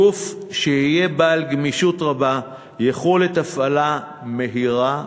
גוף שיהיה בעל גמישות רבה ויכולת הפעלה מהירה ויעילה.